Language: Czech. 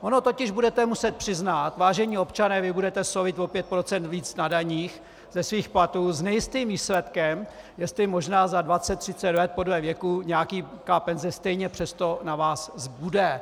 Ono totiž budete muset přiznat: Vážení občané, vy budete solit o pět procent víc na daních ze svých platů s nejistým výsledkem, jestli možná za dvacet třicet let, podle věku, nějaká penze stejně přesto na vás zbude.